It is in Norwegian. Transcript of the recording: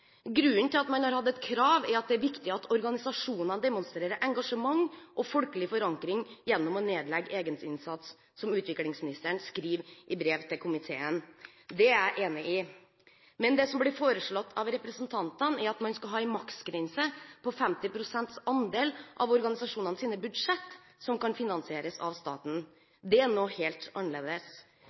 Grunnen til at man hadde et krav, er at det er viktig at organisasjonene demonstrerer engasjement og folkelig forankring gjennom å nedlegge egeninnsats, som utviklingsministeren skriver i brev til komiteen. Det er jeg enig i. Men det som blir foreslått av representantene, er at man skal ha en maksgrense på 50 pst. andel av organisasjonenes budsjett som kan finansieres av staten. Det er noe helt